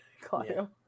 Claudio